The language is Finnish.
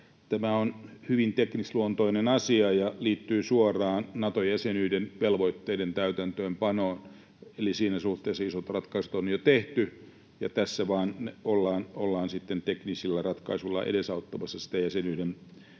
Tämä on hyvin teknisluontoinen asia ja liittyy suoraan Nato-jäsenyyden velvoitteiden täytäntöönpanoon. Eli siinä suhteessa isot ratkaisut on jo tehty, ja tässä vaan ollaan sitten teknisillä ratkaisuilla edesauttamassa jäsenyyden